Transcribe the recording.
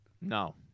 No